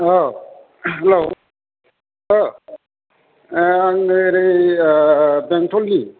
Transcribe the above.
औ हेलौ आं ओरै बेंथलनि